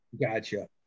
Gotcha